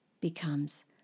becomes